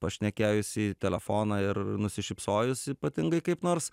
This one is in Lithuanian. pašnekėjus į telefoną ir nusišypsojus ypatingai kaip nors